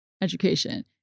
education